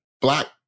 Black